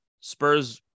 Spurs